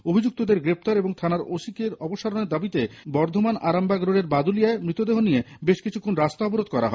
অভিযুক্তদের গ্রেফতার এবং থানার ওসি র অপসারণের দাবিতে বর্ধমান আরামবাগ রোডের বাদুলিয়ায় মৃতদেহ নিয়ে বেশ কিছুক্ষণ রাস্তা অবরোধ করা হয়